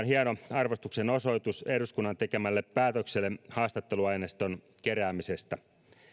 hieno arvostuksen osoitus eduskunnan tekemälle päätökselle haastatteluaineiston keräämisestä